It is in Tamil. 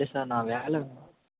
இல்லை சார் நான் வேள